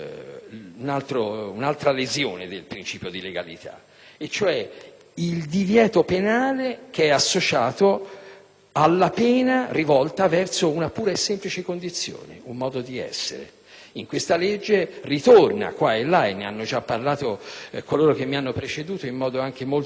l'attore di una condizione spesso involontaria. Ciò determina, nel concreto, fenomeni repellenti di esposizione alla violenza omicida. Non ritorno su fatti noti, ma abbiamo avuto casi simili ai linciaggi di un tempo,